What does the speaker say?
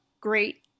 great